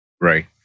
Right